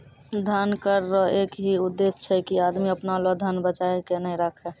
धन कर रो एक ही उद्देस छै की आदमी अपना लो धन बचाय के नै राखै